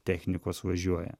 technikos važiuoja